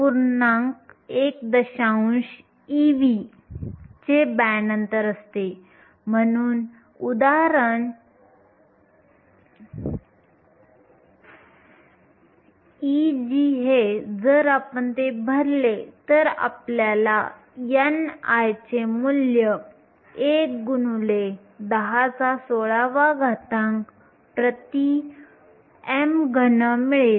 1 ev चे band अंतर असते म्हणून Eg जर आपण ते भरले तर आपल्याला Ni चे मूल्य 1 x 1016m 3 मिळेल